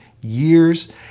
years